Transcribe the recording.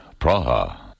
Praha